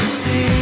see